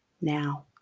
now